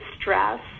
stress